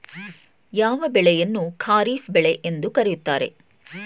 ಯಾವ ಬೆಳೆಯನ್ನು ಖಾರಿಫ್ ಬೆಳೆ ಎಂದು ಕರೆಯುತ್ತಾರೆ?